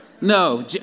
No